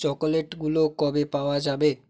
চকোলেটগুলো কবে পাওয়া যাবে